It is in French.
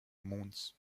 mons